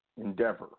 endeavor